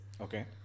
Okay